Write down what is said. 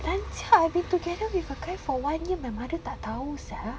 lan jiao I've been together with a guy for one year my mother tak tahu sia